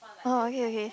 oh okay okay